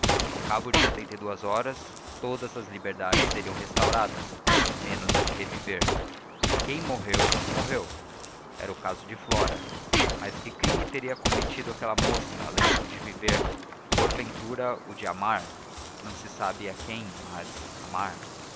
ao cabo de setenta e duas horas todas as liberdades seriam restauradas menos a de reviver quem morreu morreu era o caso de flora mas que crime teria cometido aquela moça além do de viver e porventura o de amar não se sabe a quem mas amar